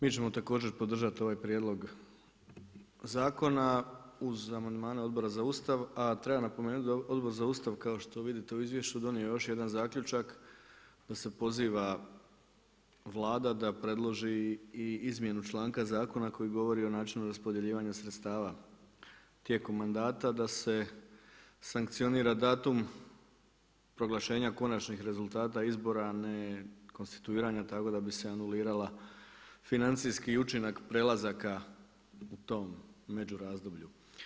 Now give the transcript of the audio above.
Mi ćemo također podržati ovaj prijedlog zakona uz amandmane Odbora za Ustav a treba napomenuti da Odbor za Ustav kao što vidite u izvješću donio je još jedan zaključak da se poziva Vlada da predloži i izmjenu članka zakona koji govori o načinu raspodjeljivanja sredstava tijekom mandata da se sankcionira datum proglašenja konačnih rezultata izbora a ne konstituiranja tako da bi se anulirala, financijski učinak prelazaka u tom međurazdoblju.